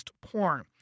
Porn